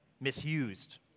misused